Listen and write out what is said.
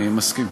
אני מסכים.